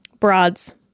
Broads